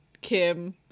Kim